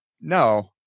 no